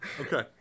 okay